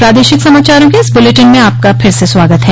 प्रादेशिक समाचारों के इस बुलेटिन में आपका फिर से स्वागत है